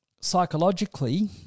psychologically